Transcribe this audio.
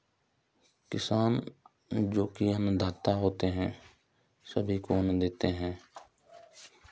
किसान जो कि अन्नदाता होते हैं सभी को अन्न देते हैं